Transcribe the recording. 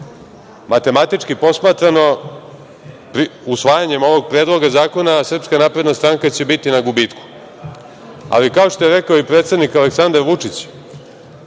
matematički posmatrano usvajanjem ovog Predloga zakona SNS će biti na gubitku, ali kao što je rekao i predsednik Aleksandar Vučić,